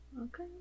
Okay